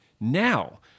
Now